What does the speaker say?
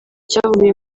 cyavuye